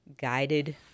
guided